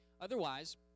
Otherwise